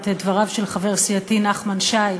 את דבריו של חבר סיעתי נחמן שי,